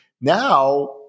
Now